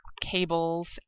cables